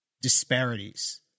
disparities